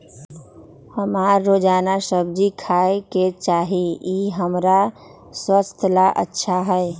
हमरा रोजाना सब्जिया खाय के चाहिए ई हमर स्वास्थ्य ला अच्छा हई